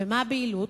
ומה הבהילות?